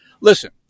listen